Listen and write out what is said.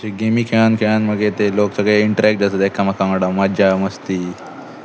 त्यो गेमी खेळून खेळून मागीर ते लोक सगळे इंटरेक्ट जातात एकामेका वांगडा मज्जा मस्ती